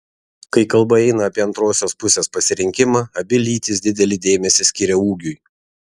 kai kalba eina apie antrosios pusės pasirinkimą abi lytys didelį dėmesį skiria ūgiui